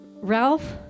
Ralph